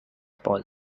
paul